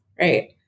right